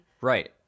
right